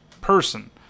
person